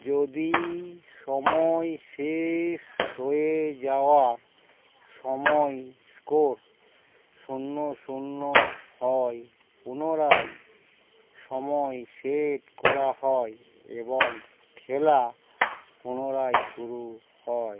যদি সময় শেষ হয়ে যাওয়া সময়ে স্কোর শূন্য শূন্য হয় পুনরায় সময় সেট করা হয় এবং খেলা পুনরায় শুরু হয়